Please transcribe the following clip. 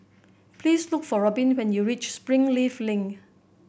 please look for Robin when you reach Springleaf Link